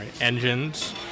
engines